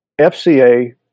FCA